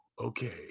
okay